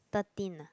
thirteen